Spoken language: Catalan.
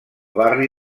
barri